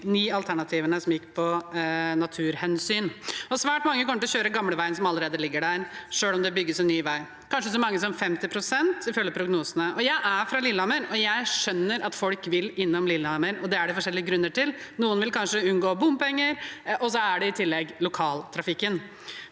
ni alternativene når det gjaldt naturhensyn. Svært mange kommer til å kjøre gamleveien som allerede ligger der, selv om det bygges en ny vei – kanskje så mange som 50 pst., ifølge prognosene. Jeg er fra Lillehammer, og jeg skjønner at folk vil innom Lillehammer, og det er det forskjellige grunner til. Noen vil kanskje unngå bompenger, og i tillegg kommer lokaltrafikken.